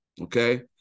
okay